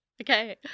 Okay